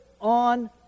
on